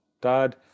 Dad